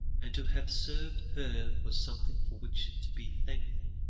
and to have served her was something for which to be thankful.